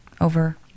over